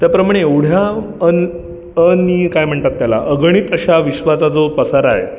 त्याप्रमाणे एवढ्याव अन अनीय काय म्हणतात त्याला अगणित अशा विश्वाचा जो पसारा आहे